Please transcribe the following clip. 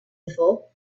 before